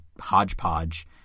hodgepodge